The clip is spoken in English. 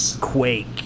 Quake